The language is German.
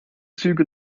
züge